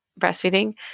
breastfeeding